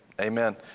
Amen